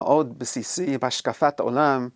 עוד בסיסי בהשקפת עולם